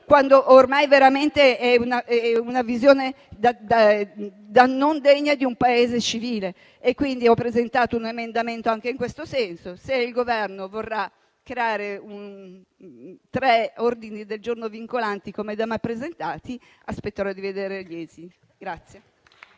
quando ormai veramente è una visione non degna di un Paese civile. Ho quindi presentato un emendamento anche in questo senso. Se il Governo vorrà creare tre ordini del giorno vincolanti, come le proposte da me presentate, aspetterò di vedere gli esiti.